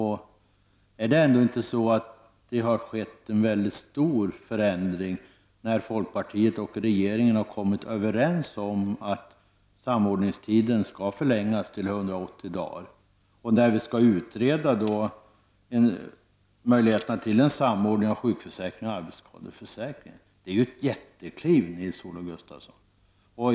Har det ändå inte skett en väldigt stor förändring när folkpartiet och regeringen har kommit överens om att samordningstiden skall förlängas till 180 dagar, och att möjligheterna till en samordning mellan sjukförsäkring och arbetsskadeförsäkring skall utredas? Det är ju ett jättekliv, Nils-Olof Gustafsson.